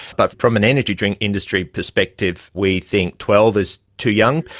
but from an energy drink industry perspective we think twelve is too young.